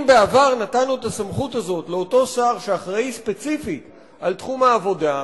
אם בעבר נתנו את הסמכות הזאת לאותו שר שאחראי ספציפית לתחום העבודה,